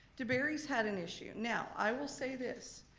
debary's had an issue, now i will say this,